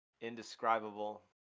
indescribable